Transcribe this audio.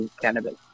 cannabis